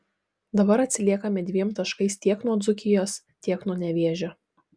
dabar atsiliekame dviem taškais tiek nuo dzūkijos tiek nuo nevėžio